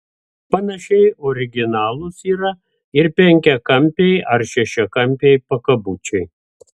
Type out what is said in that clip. panašiai originalūs yra ir penkiakampiai ar šešiakampiai pakabučiai